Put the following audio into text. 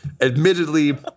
Admittedly